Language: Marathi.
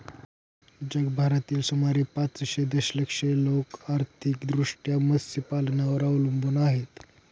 जगभरातील सुमारे पाचशे दशलक्ष लोक आर्थिकदृष्ट्या मत्स्यपालनावर अवलंबून आहेत